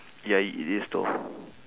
ya i~ it is though